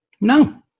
no